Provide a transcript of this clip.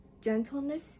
gentleness